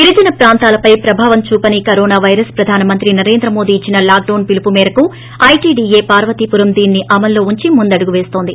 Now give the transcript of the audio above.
గిరిజన ప్రాంతాలపై ప్రభావం చూపని కారోన పైరస్ ప్రధాన మంత్రి నరేంద్ర మోదీ ఇచ్చిన లాక్ డొస్ పిలుపు మేరకు ఐటీడీఏ పార్వతీపురం దీనిని అమలులో వుంచి ముందడుగు పేస్తోంది